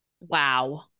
wow